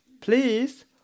Please